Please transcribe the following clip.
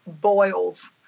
Boils